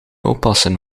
oppassen